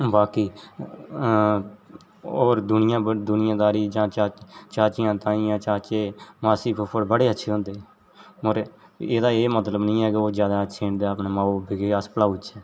बाकी होर दूनियां दूनियादारी जां चाचियां ताइयां चाचे मासी फुफ्फड़ बड़े अच्छे होंदे मगर एह्दा एह् मतलब निं ऐ के ओह् जादा अच्छे न ते अपने माऊ ब'ब्बै गी बी अस भुलाऊ ओड़चै